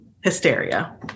hysteria